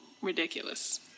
ridiculous